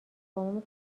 بابامو